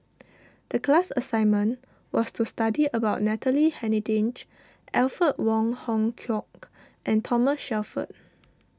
the class assignment was to study about Natalie Hennedige Alfred Wong Hong Kwok and Thomas Shelford